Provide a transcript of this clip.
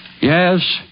Yes